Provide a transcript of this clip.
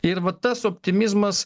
ir va tas optimizmas